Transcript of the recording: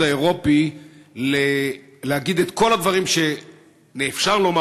האירופי להגיד את כל הדברים שאפשר לומר,